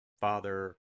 Father